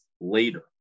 later